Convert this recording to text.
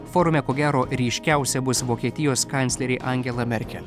forume ko gero ryškiausia bus vokietijos kanclerė angela merkel